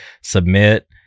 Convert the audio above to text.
submit